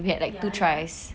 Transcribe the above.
ya ya